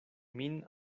min